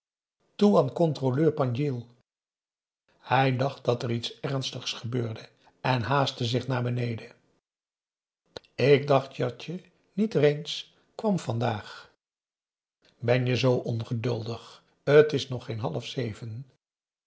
toean controleur pangil hij dacht dat er iets ernstigs gebeurde en haastte zich naar beneden ik dacht dat je niet eens'reis kwam vandaag ben je zoo ongeduldig t is nog geen half zeven